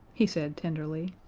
he said tenderly.